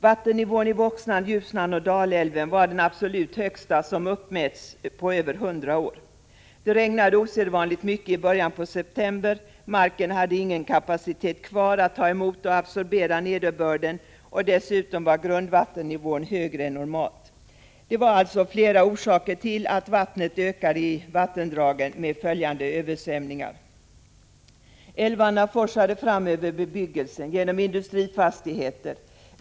Vattennivån i Voxnan, Ljusnan och Dalälven var den absolut högsta som uppmätts på över 100 år. Det regnade osedvanligt mycket i början på september. Marken hade ingen kapacitet att ta emot och absorbera nederbörden, och dessutom var grundvattennivån högre än normalt. Det fanns alltså flera orsaker till att vattnet ökade i vattendragen, med följande översvämningar. Älvar forsade fram över bebyggelser och genom industrifastigheter.